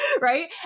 right